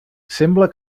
sembla